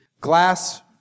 glass